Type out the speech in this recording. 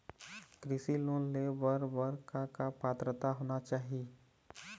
कृषि लोन ले बर बर का का पात्रता होना चाही?